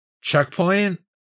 Checkpoint